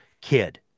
kid